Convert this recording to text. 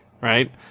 right